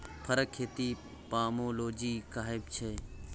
फरक खेती पामोलोजी कहाबै छै